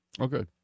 Okay